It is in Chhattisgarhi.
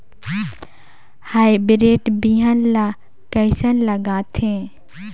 हाईब्रिड बिहान ला कइसन लगाथे?